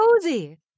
cozy